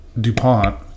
DuPont